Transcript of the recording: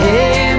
Hey